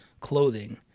clothing